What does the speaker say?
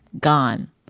gone